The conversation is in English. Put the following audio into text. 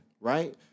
right